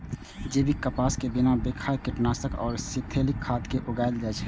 जैविक कपास कें बिना बिखाह कीटनाशक आ सिंथेटिक खाद के उगाएल जाए छै